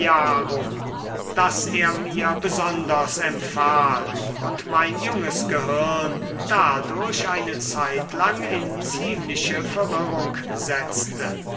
das er mir besonders empfahl und mein junges gehirn dadurch eine zeitlang in ziemliche verwirrung setzte